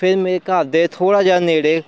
ਫੇਰ ਮੇਰੇ ਘਰ ਦੇ ਥੋੜ੍ਹਾ ਜਿਹਾ ਨੇੜੇ